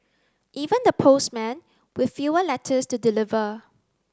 even the postmen with fewer letters to deliver